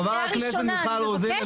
חברת הכנסת מיכל רוזין,